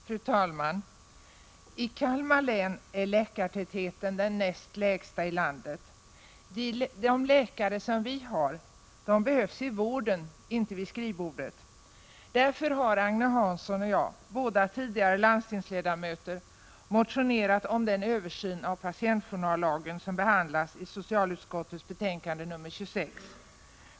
Fru talman! I Kalmar län är läkartätheten den näst lägsta i landet. De läkare vi har behövs i vården, inte vid skrivbordet. Därför har Agne Hansson och jag, båda tidigare landstingsledamöter, motionerat om den översyn av patientjournallagen som behandlas i socialutskottets betänkande nr 26.